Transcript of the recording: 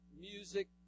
music